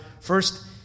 first